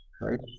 right